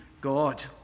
God